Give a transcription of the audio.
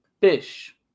Fish